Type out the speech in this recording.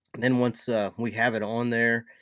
then once we have it on there,